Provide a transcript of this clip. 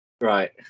Right